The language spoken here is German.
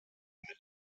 mit